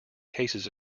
cases